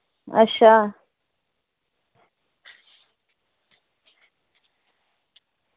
अच्छा